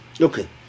Okay